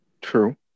true